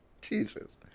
Jesus